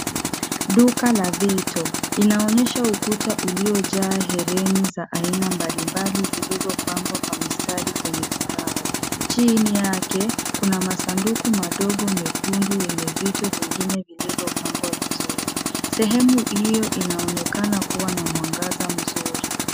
Duka la vito. Inaonyesha ukuta uliojaa hereni za aina mbali mbali zilizopangwa kwa mistari yenye vibao. Chini yake kuna masanduku madogo mekundu yenye vito vingine vilivyopangwa vizuri . Sehemu hiyo inaonekana kuwa na mwangaza mzuri.